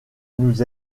nous